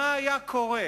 מה היה קורה,